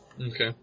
Okay